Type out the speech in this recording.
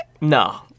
No